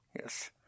Yes